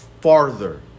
farther